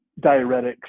diuretics